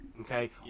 okay